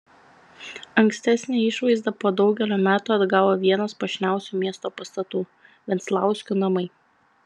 ankstesnę išvaizdą po daugelio metų atgavo vienas puošniausių miesto pastatų venclauskių namai